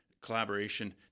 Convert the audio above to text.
collaboration